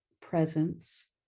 presence